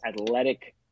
athletic